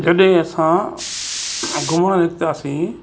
जॾहिं असां घुमणु निकितासीं